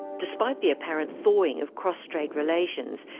despite the apparent thawing of cross-strait relations,